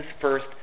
first